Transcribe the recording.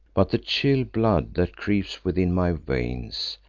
but the chill blood that creeps within my veins,